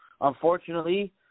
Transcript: unfortunately